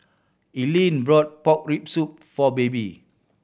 Ilene brought pork rib soup for Baby